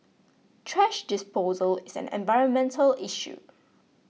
thrash disposal is an environmental issue